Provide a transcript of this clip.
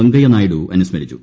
വെങ്കയ്യ നായിഡു അനുസ്മരിച്ചു